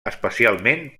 especialment